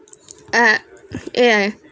uh !eww! eh